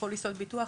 פוליסות ביטוח,